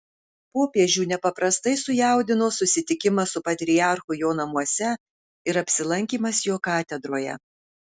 popiežių nepaprastai sujaudino susitikimas su patriarchu jo namuose ir apsilankymas jo katedroje